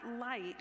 light